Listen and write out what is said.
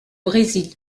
brésil